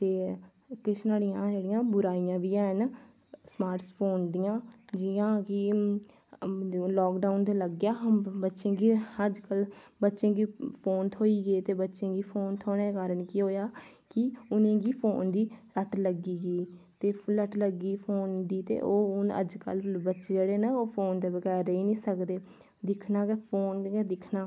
ते किश न्हाड़ियां जेड़ियां बुराइयां बी हैन स्मार्टस फोन दियां जि'यां कि लॉक डाउन ते लग्गेआ हा बच्चें गी अजकल बच्चें गी फोन थ्होई गै ते बच्चें गी फोन थ्होने दे कारण केह् होआ कि उ'नेंगी फोन दी लत लग्गी गेई ते लत लग्गी गेई फोन दी ते ओह् हून अजकल बच्चे जेह्ड़े न ओह् फोन दे बगैर रेही निं सकदे ऐ दिक्खना गै फोन गै दिक्खना